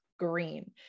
green